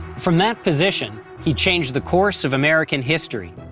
from that position, he changed the course of american history.